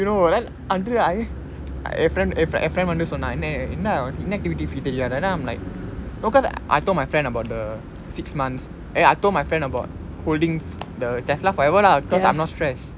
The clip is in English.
no then until I I என்:en friend என்:en friend வந்து சொன்னான் என்ன என்ன:vanthu sonnaan enna enna inactivity fee தெரியாதா:theriyathaa then I'm like no cause I told my friend about the six months eh I told my friend about holding the tesla forever lah cause I'm not stressed